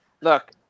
Look